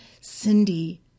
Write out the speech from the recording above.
Cindy